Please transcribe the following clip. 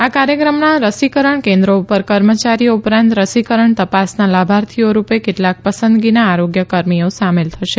આ કાર્યક્રમમાં રસીકરણ કેન્દ્રો પર કર્મયારીઓ ઉપરાંત રસીકરણ તપસના લાભાર્થીઓ રૂપે કેટલાક પસંદગીના આરોગ્યકર્મીઓ સામેલ થશે